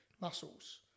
muscles